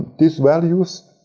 these values,